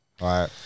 right